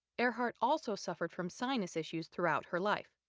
earhart also suffered from sinus issues throughout her life.